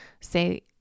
say